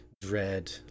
Dread